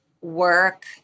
work